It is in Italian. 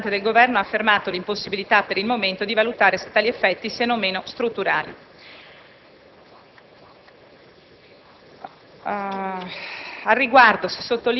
nonché l'imposizione ai fini dell'IVA, il rappresentante del Governo ha affermato l'impossibilità, per il momento, di valutare se tali effetti siano o meno strutturali.